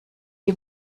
ihm